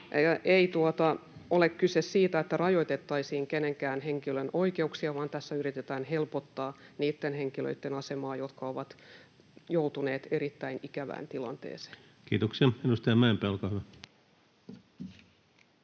ei ole kyse siitä, että rajoitettaisiin kehenkään henkilön oikeuksia, vaan tässä yritetään helpottaa niitten henkilöitten asemaa, jotka ovat joutuneet erittäin ikävään tilanteeseen. Kiitoksia. — Edustaja Mäenpää, olkaa hyvä.